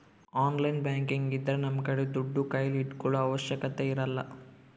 online banking ಇದ್ರ ನಮ್ಗೆ ದುಡ್ಡು ಕೈಲಿ ಇಟ್ಕೊಳೋ ಅವಶ್ಯಕತೆ ಇರಲ್ಲ